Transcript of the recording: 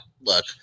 look